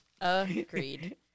Agreed